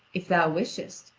if thou wishest,